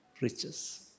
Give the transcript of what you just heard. riches